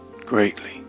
greatly